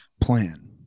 plan